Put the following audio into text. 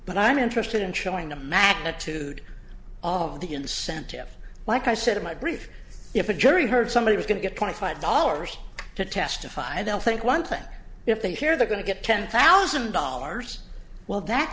but i'm interested in showing the magnitude of the incentive like i said in my brief if a jury heard somebody was going to get twenty five dollars to testify they'll think one thing if they hear they're going to get ten thousand dollars well that